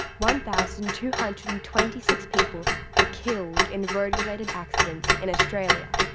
one thousand two hundred and twenty six people were killed in road-related accidents in australia.